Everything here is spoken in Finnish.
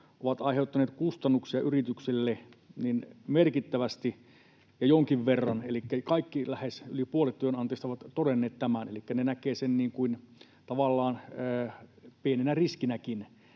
ovat aiheuttaneet kustannuksia yrityksille merkittävästi ja jonkin verran. Elikkä lähes yli puolet työnantajista on todennut tämän. Elikkä ne näkevät sen tavallaan pienenä riskinäkin.